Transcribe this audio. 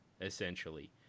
essentially